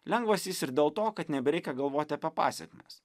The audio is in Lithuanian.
lengvas jis ir dėl to kad nebereikia galvoti apie pasekmes